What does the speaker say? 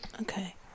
Okay